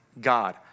God